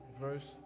verse